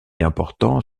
important